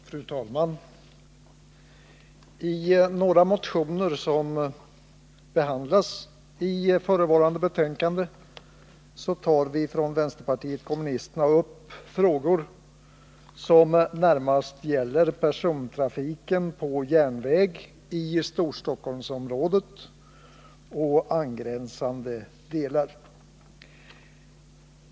Fru talman! I några motioner som behandlas i förevarande betänkande tar vänsterpartiet kommunisterna upp frågor som närmast gäller persontrafiken på järnväg i Storstockholmsområdet och angränsande delar.